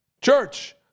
church